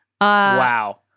Wow